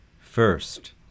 First